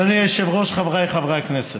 אדוני היושב-ראש, חבריי חברי הכנסת,